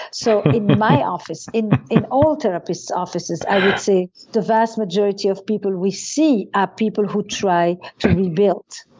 so in my office, in in all therapist offices i would say the vast majority of people we see are people who try to rebuild.